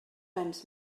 anys